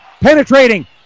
Penetrating